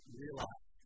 realize